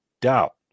doubt